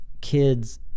kids